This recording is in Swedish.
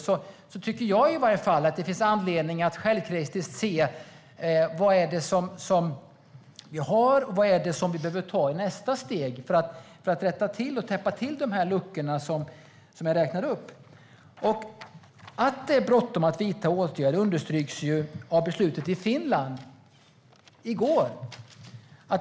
Jag tycker i alla fall att det i ett sådant här läge finns anledning att självkritiskt se vad det är vi har och vad vi behöver göra i nästa steg för att rätta till det hela och täppa till de luckor som jag räknade upp. Det är bråttom att vidta åtgärder; det understryks av beslutet i Finland i går.